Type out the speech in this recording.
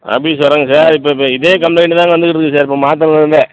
office வர்றங்க sir இப்போ இப்போ இதே கம்பளைண்ட் தாங்க வந்துட்டு இருக்குது சார் இப்போ மாத்தனதுலிருந்தே